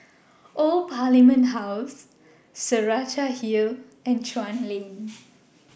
Old Parliament House Saraca Hill and Chuan Lane